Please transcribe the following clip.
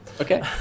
Okay